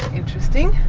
interesting.